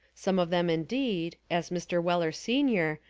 some of them indeed, as mr. weller senior,